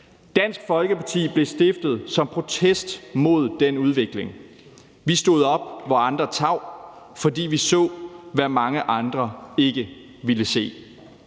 Dansk Folkeparti blev stiftet som en protest mod den udvikling. Vi stod op, da andre tav, fordi vi så, hvad mange andre ikke ville se,